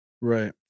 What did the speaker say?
Right